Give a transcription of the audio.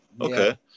okay